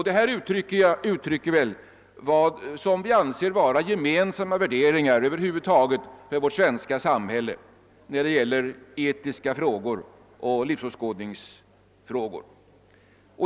Detta uttrycker väl vad vi anser vara gemensamma värderingar över huvud taget för vårt svenska samhälle när det gäller etiska frågor och livsåskådningsfrågor.